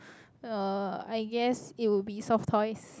uh I guess it will be soft toys